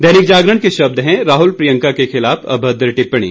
दैनिक जागरण के शब्द हैं राहुल प्रियंका के खिलाफ अभद्र टिप्पणी